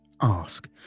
Ask